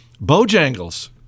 Bojangles